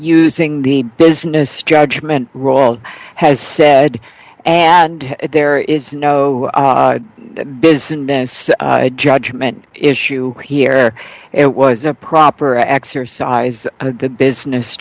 using the business judgment raul has said and there is no business judgment issue here it was a proper exercise of the business